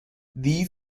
these